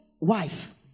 wife